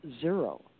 zero